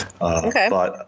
Okay